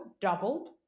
doubled